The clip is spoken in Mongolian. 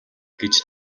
гэж